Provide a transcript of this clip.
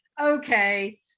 Okay